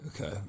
Okay